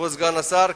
כבוד סגן השר,